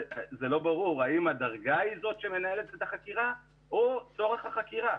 זה לא ברור האם הדרגה היא זאת שמנהלת את החקירה או צורך החקירה.